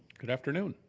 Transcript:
good afternoon.